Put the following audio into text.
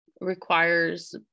requires